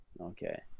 Okay